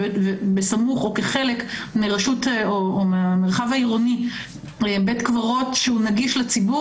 בסמוך או כחלק מרשות או מהמרחב העירוני בית קברות שהוא נגיש לציבור